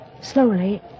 slowly